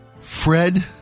Fred